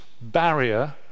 barrier